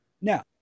now